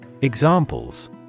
Examples